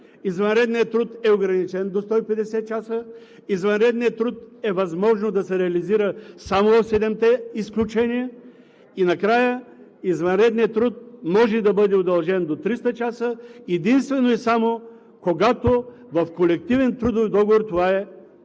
извънредният труд е ограничен до 150 часа, извънредният труд е възможно да се реализира само в седемте изключения. И накрая, извънредният труд може да бъде удължен до 300 часа единствено само когато това е разрешено в колективен трудов договор. Тоест съгласието